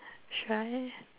should I